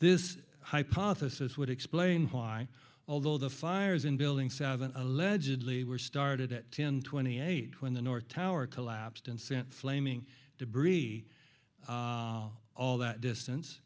this hypothesis would explain why although the fires in building seven allegedly were started at ten twenty eight when the north tower collapsed and sent flaming debris all that distance